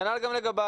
כנ"ל גם לגביי,